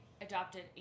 adopted